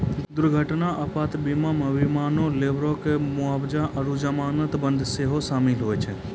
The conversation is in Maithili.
दुर्घटना आपात बीमा मे विमानो, लेबरो के मुआबजा आरु जमानत बांड सेहो शामिल होय छै